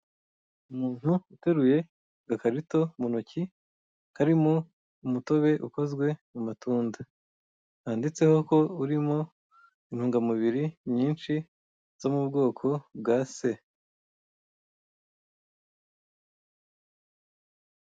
Umuntu uteruye akavido muntoki harimo umutobe ukozwe mumatunda, handitse ko urimo intungamubiri nyinshi zo mubwoko bwa se.